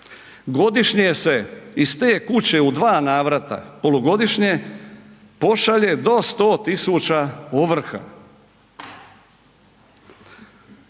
Godišnje se iz te kuće u dva navrata, polugodišnje pošalje do 100.000 ovrha.